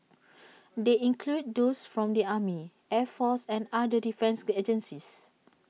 they include those from the army air force and other defence agencies